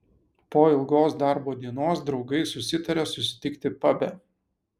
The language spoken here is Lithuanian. po ilgos darbo dienos draugai susitarė susitikti pabe